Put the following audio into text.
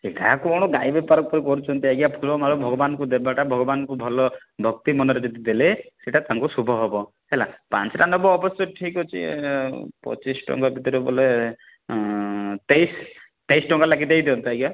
ସେଇଟା କ'ଣ ଗାଈ ବେପାର କରୁଛନ୍ତି ଆଜ୍ଞା ଫୁଲ ମାଳ ଭଗବାନକୁ ଦେବାଟା ଭଗବାନକୁ ଭଲ ଭକ୍ତି ମନରେ ଯଦି ଦେଲେ ସେଇଟା ତାଙ୍କୁ ଶୁଭ ହେବ ହେଲା ପାଞ୍ଚଟା ନବ ଅବଶ୍ୟ ଠିକ୍ ଅଛି ପଚିଶି ଟଙ୍କା ଭିତରେ ବୋଲେ ତେଇଶି ତେଇଶି ଟଙ୍କା ଲାଖି ଦେଇ ଦିଅନ୍ତୁ ଆଜ୍ଞା